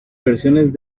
versiones